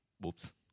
whoops